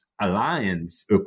alliance